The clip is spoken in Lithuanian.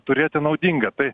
turėti naudinga tai